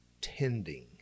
tending